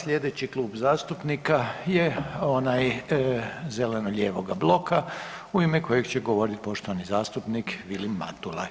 Slijedeći Klub zastupnika je onaj zeleno-lijevoga bloka u ime kojeg će govoriti poštovani zastupnik Vilim Matula.